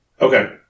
Okay